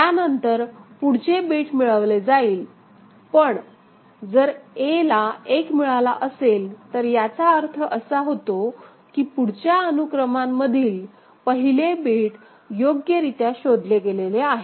त्यानंतर पुढचे बिट मिळवले जाईल पण जर a ला 1 मिळाला असेल तर याचा अर्थ असा की पुढच्या अनुक्रमांकामधील पहिले बिट योग्यरीत्या शोधले गेलेले आहे